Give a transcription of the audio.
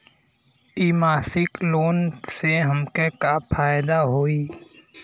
इ मासिक लोन से हमके का फायदा होई?